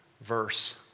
verse